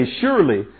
surely